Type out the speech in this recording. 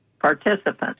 participants